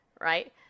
Right